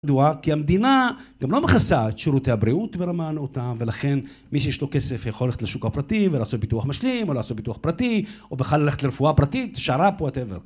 ...כי המדינה גם לא מכסה את שירותי הבריאות ברמה הנאותה, ולכן מי שיש לו כסף יכול ללכת לשוק הפרטי ולעשות ביטוח משלים, או לעשות ביטוח פרטי, או בכלל ללכת לרפואה פרטית, שר"פ what ever.